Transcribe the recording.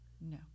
No